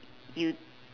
you